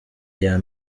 iya